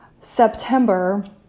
September